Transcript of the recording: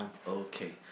okay